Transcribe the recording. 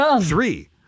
Three